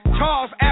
Charles